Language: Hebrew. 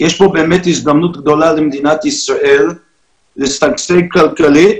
כי יש פה באמת הזדמנות גדולה למדינת ישראל לשגשג כלכלית